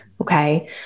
Okay